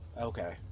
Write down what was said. Okay